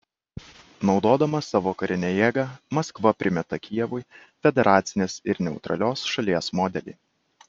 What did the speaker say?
naudodama savo karinę jėgą maskva primeta kijevui federacinės ir neutralios šalies modelį